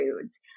foods